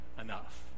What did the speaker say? enough